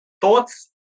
Thoughts